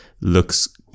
looks